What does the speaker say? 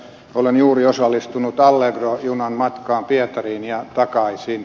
olen juuri osallistunut allegro junan matkaan pietariin ja takaisin